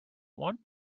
one